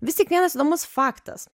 vis tik vienas įdomus faktas